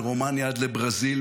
מרומניה עד לברזיל,